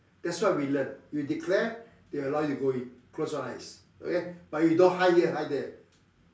that's what we learn we declare they allow you to go in close one eyes okay but you don't hide here hide there